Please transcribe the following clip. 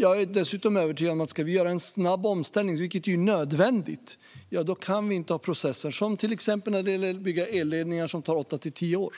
Jag är dessutom övertygad om att vi om vi ska göra en snabb omställning - vilket är nödvändigt - inte kan ha processer, till exempel när det gäller att bygga elledningar, som tar åtta till tio år.